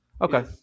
Okay